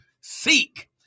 seek